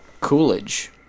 coolidge